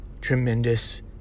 tremendous